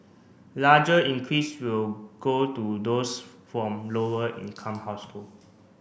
larger increase will go to those from lower income household